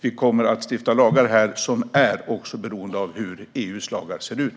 Vi kommer dessutom att stifta lagar som är beroende av hur EU:s lagar ser ut.